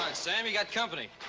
sam. you got company.